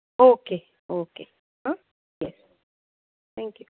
okay okay आं yes thank you